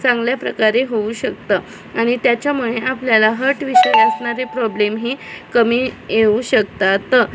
चांगल्या प्रकारे होऊ शकतं आणि त्याच्यामुळे आपल्याला हट विषय असणारे प्रॉब्लेम हे कमी येऊ शकतात